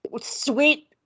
Sweet